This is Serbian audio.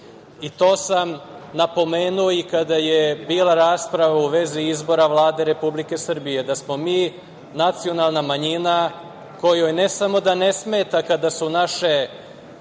To sam napomenuo i kada je bila rasprava u vezi izbora Vlade Republike Srbije, da smo mi nacionalna manjina kojoj ne samo da ne smeta kada su naše